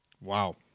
Wow